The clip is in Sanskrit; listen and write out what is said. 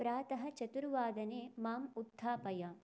प्रातः चतुर्वादने माम् उत्थापय